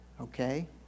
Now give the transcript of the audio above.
okay